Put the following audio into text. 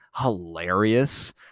hilarious